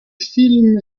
films